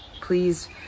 Please